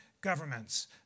governments